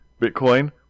Bitcoin